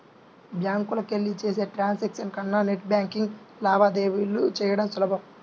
బ్యాంకులకెళ్ళి చేసే ట్రాన్సాక్షన్స్ కన్నా నెట్ బ్యేన్కింగ్లో లావాదేవీలు చెయ్యడం సులభం